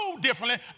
differently